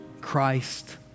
Christ